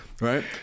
Right